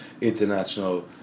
international